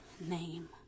name